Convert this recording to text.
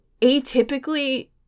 atypically